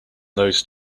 those